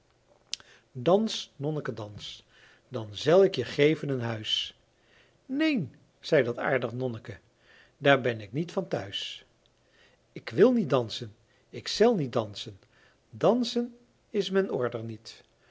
dans nonneke dans dan zel ik je geven een huis neen zei dat aardig nonneke daar ben ik niet van thuis k wil niet dansen k zel niet dansen dansen is men order niet